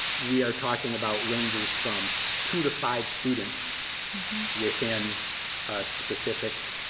we are talking about ranges from two to five students within a specific,